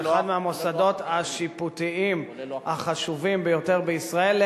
של אחד מהמוסדות השיפוטיים החשובים ביותר בישראל.